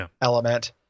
element